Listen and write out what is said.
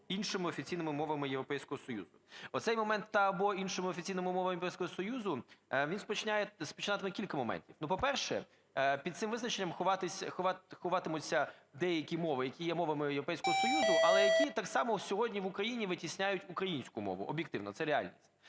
іншими офіційними мовами Європейського Союзу. Оцей момент "та/або іншими офіційними мовами Європейського Союзу", він спричинятиме кілька моментів. По-перше, під цим визначенням ховатимуться деякі мови, які є мовами Європейського Союзу, але які так само сьогодні в Україні витісняють українську мову, об'єктивно, це реально.